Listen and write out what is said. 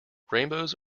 rainbows